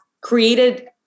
created